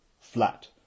Flat